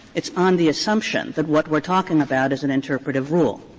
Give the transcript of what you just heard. it's on the assumption that what we're talking about is an interpretative rule.